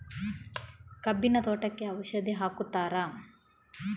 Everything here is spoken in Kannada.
ಕಬ್ಬಿನ ತೋಟಕ್ಕೆ ಔಷಧಿ ಹಾಕುತ್ತಾರಾ?